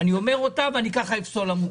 אומר אותה ופוסל עמותה.